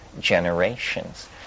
generations